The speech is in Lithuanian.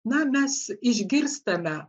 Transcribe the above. na mes išgirstame